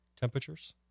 temperatures